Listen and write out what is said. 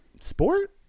sport